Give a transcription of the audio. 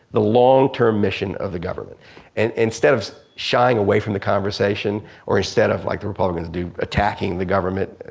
the long term mission of the government and instead of shying away from the conversation or instead of like the republicans do, attacking the government,